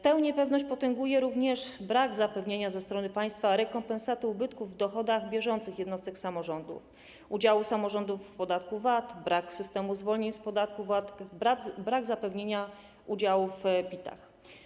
Tę niepewność potęguje również brak zapewnienia ze strony państwa rekompensaty ubytków w dochodach bieżących jednostek samorządu, brak udziału samorządów w podatku VAT, brak systemu zwolnień z podatku VAT, brak zapewnienia udziału w PIT.